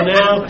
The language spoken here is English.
now